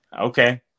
Okay